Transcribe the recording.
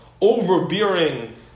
overbearing